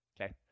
Okay